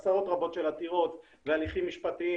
עשרות רבות של עתירות והליכים משפטיים